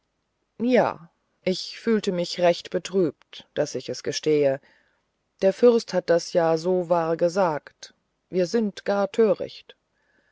ja ich fühlte mich recht betrübt daß ich es gestehe der fürst hat das ja so wahr gesagt wir sind gar töricht